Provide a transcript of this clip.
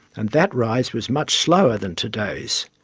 and that rise was much slower than today's.